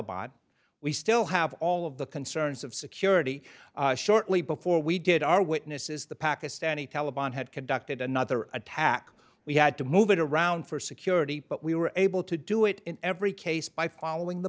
taliban we still have all of the concerns of security shortly before we did our witnesses the pakistani taliban had conducted another attack we had to move it around for security but we were able to do it in every case by following the